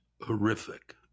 horrific